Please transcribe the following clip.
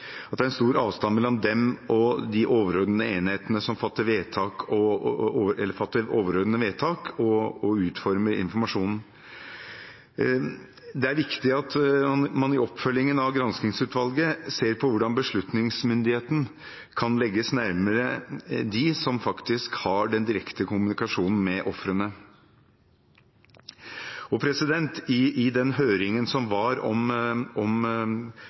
at det er en stor avstand mellom dem og de enhetene som fatter overordnede vedtak og utformer informasjonen. Det er viktig at man i oppfølgingen av granskingsutvalget ser på hvordan beslutningsmyndigheten kan legges nærmere dem som faktisk har den direkte kommunikasjonen med ofrene. I høringen som kontroll- og